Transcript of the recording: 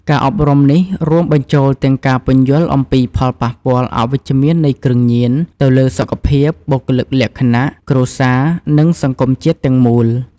ការអប់រំនេះរួមបញ្ចូលទាំងការពន្យល់អំពី ផលប៉ះពាល់អវិជ្ជមាននៃគ្រឿងញៀន ទៅលើសុខភាព បុគ្គលិកលក្ខណៈ គ្រួសារ និងសង្គមជាតិទាំងមូល។